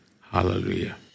Hallelujah